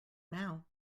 now